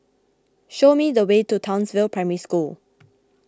show me the way to Townsville Primary School